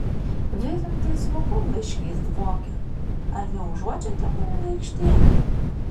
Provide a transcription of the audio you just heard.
virintais svogūnlaiškiais dvokia ar neužuodžiate kunigaikštiene